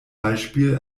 beispiel